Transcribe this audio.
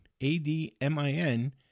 A-D-M-I-N